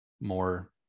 more